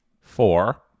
four